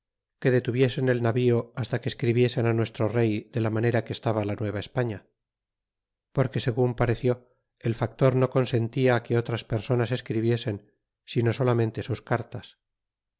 que detuviesen el navío hasta que escribiesen nuestro rey de la manera que estaba la nueva españa porque segun pareció el factor no consentia que otras personas escribiesen sino solamente sus cartas